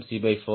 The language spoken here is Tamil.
c 4